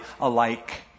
alike